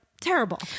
Terrible